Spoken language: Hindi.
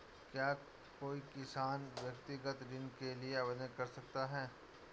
क्या कोई किसान व्यक्तिगत ऋण के लिए आवेदन कर सकता है?